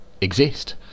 exist